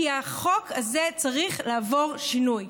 כי החוק הזה צריך לעבור שינוי.